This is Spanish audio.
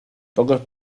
pocos